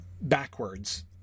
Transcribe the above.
backwards